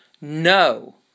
no